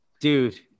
Dude